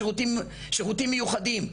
שירותים מיוחדים,